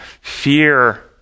Fear